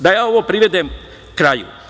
Da ovo privedem kraju.